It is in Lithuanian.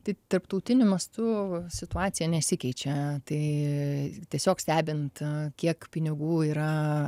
tai tarptautiniu mastu situacija nesikeičia tai tiesiog stebint kiek pinigų yra